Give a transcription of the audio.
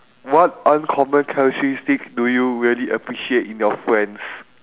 what uncommon characteristic do you really appreciate in your friends